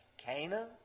Cana